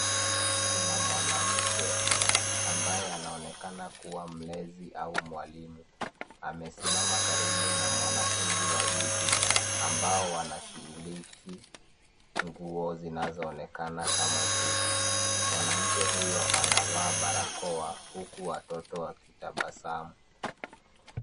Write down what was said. Kuna mwanamke ambaye anaonekana kuwa mlezi au mwalimu, amesimama karibu na wanafunzi wawili ambao wanashiliki nguo zinazoonekana kama chupi. Mwanamke huyo anavaa barakoa huku watoto wakitabasamu.